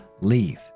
leave